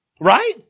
Right